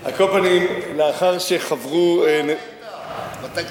על כל פנים, לאחר שחברו, הצבעת אתם בתקציב.